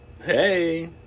Hey